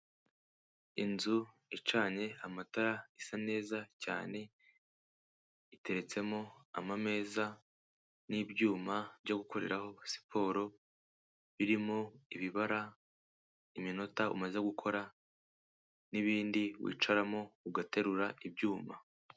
Inzu icanye amatara, isa neza cyane, iteretsemo amameza n'ibyuma byo gukoreraho siporo, birimo ibibara iminota umaze gukora n'ibindi wicaramo ugaterura ibyuma.